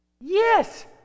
Yes